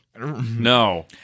no